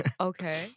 Okay